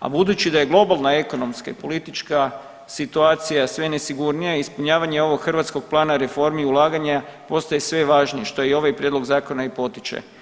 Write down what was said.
a budući da je globalna ekonomska i politička situacija sve nesigurnija ispunjavanje ovog hrvatskog plana reformi i ulaganja postaje sve važnija, što i ovaj prijedlog zakona i potiče.